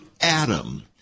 Adam